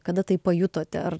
kada tai pajutote